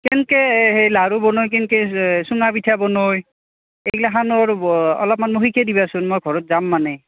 কেনেকৈ এই সেই লাড়ু বনোই কেনেকৈ চুঙা পিঠা বনোই এইগ্লাখানৰ অলপমান মোক শিকাই দিবাচোন মই ঘৰত যাম মানে